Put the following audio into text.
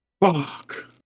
Fuck